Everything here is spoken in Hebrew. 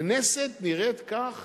הכנסת נראית כך